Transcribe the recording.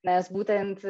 nes būtent